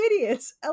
idiots